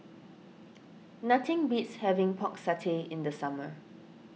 nothing beats having Pork Satay in the summer